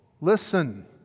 listen